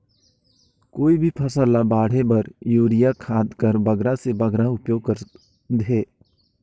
कोई भी फसल ल बाढ़े बर युरिया खाद कर बगरा से बगरा उपयोग कर थें?